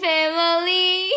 Family